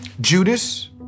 Judas